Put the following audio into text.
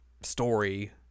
story